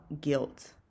guilt